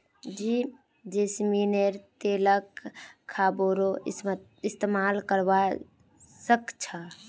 की जैस्मिनेर तेलक खाबारो इस्तमाल करवा सख छ